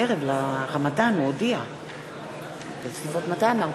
ההסתייגות, 36,